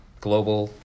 global